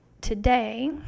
today